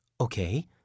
okay